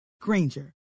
Granger